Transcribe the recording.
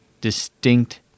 distinct